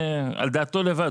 על דעתו לבד,